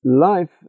life